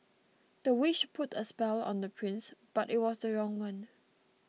the witch put a spell on the prince but it was the wrong one